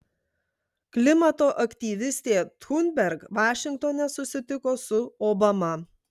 klimato aktyvistė thunberg vašingtone susitiko su obama